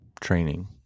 training